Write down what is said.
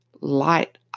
light